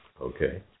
Okay